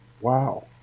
wow